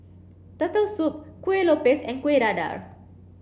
turtle soup Kuih Lopes and Kueh Dadar